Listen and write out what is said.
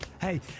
Hey